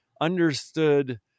understood